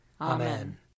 Amen